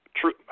true